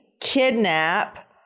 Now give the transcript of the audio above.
kidnap